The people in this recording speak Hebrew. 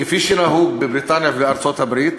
כפי שנהוג בבריטניה ובארצות-הברית,